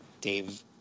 Dave